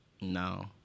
No